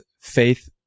faith